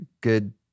good